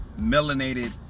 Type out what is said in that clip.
melanated